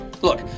Look